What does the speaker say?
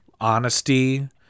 honesty